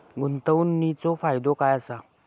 गुंतवणीचो फायदो काय असा?